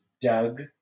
Doug